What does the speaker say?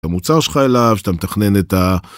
המוצר שלך אליו, שאתה מתכנן את ה...